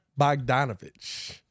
Bogdanovich